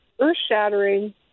earth-shattering